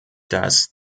dass